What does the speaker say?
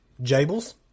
Jables